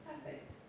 Perfect